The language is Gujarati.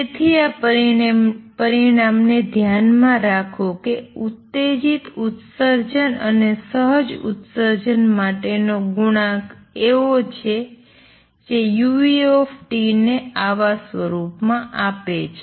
તેથી આ પરિણામને ધ્યાનમાં રાખો કે ઉત્તેજિત ઉત્સર્જન અને સહજ ઉત્સર્જન માટેનો કોએફિસિએંટ એવો છે જે uT ને આવા સ્વરૂપ માં આપે છે